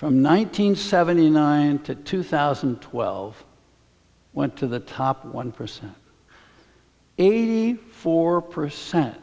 from nine hundred seventy nine to two thousand and twelve went to the top one percent eighty four percent